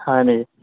হয় নেকি